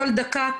כל דקה,